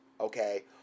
Okay